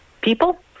people